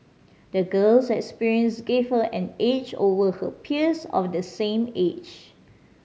the girl's experience gave her an edge over her peers of the same age